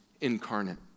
incarnate